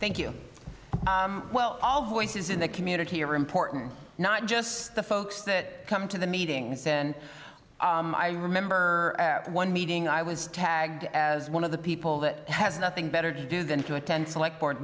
thank you well all voices in that community are important not just the folks that come to the meetings and i remember one meeting i was tagged as one of the people that has nothing better to do than to attend select board